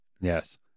Yes